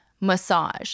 massage